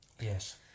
Yes